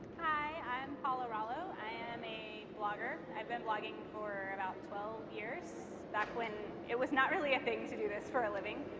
hi, i'm paula rollo, i am blogger. i've been blogging for about twelve years, back when it was not really a thing to do this for a living.